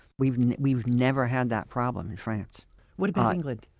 we've we've never had that problem in france what about england?